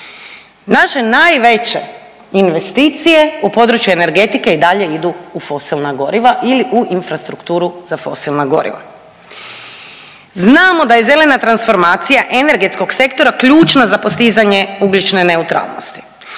Naše najveće investicije u području energetike i dalje idu u fosilna goriva ili u infrastrukturu za fosilna goriva. Znamo da je zelena transformacija energetskog sektora ključna za postizanje ugljične neutralnosti,